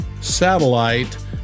satellite